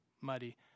muddy